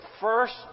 First